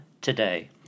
Today